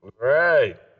Right